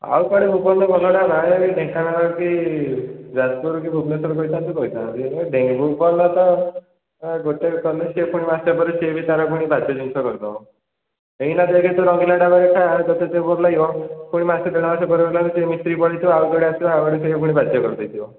ଆଉ କୁଆଡ଼େ ଭୁବନର ଭଲ ଢାବା ବାହାରେ ଢେଙ୍କାନାଳ କି ଯାଜିପୁର କି ଭୁବନଶ୍ୱର କହିଥାନ୍ତୁ କହିଥାନ୍ତି ଭୁବନର ତ ଗୋଟିଏ ସରିଲେ ସିଏ ପୁଣି ମାସେ ପରେ ସିଏ ବି ତା'ର ପୁଣି ବାଜ୍ୟ ଜିନିଷ କରିଦେବ ଏଇନା ଦେଖେ ତା'ର ରଙ୍ଗିଲା ଢାବାରେ ଖାଆ ତୋତେ ଯେତେ ଭଲ ଲାଗିବ ପୁଣି ମାସେ ଦେଢ଼ ମାସ ପରେ ସେ ମିସ୍ତ୍ରୀ ବନାଇଥିବ ଆଉ ଗୋଟିଏ ଡାକିଥିବ ସେ ପୁରା ବାଜ୍ୟ କରିଦେବ ଥିବ